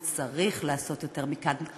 הוא צריך לעשות יותר מכאן.